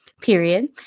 period